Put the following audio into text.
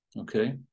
Okay